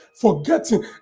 Forgetting